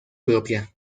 propia